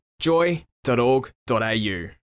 joy.org.au